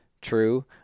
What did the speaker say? true